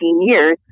years